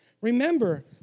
Remember